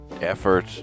effort